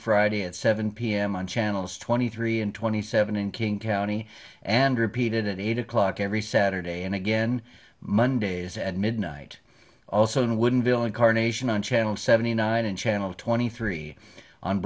friday at seven pm on channels twenty three and twenty seven in king county and repeated at eight o'clock every saturday and again mondays at midnight also on wooden bill incarnation on channel seventy nine and channel twenty three on